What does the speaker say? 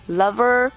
lover